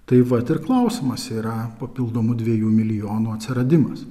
tai vat ir klausimas yra papildomų dviejų milijonų atsiradimas